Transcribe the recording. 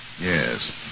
Yes